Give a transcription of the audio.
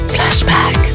Flashback